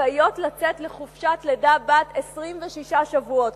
זכאיות לצאת לחופשת לידה בת 26 שבועות,